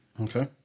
okay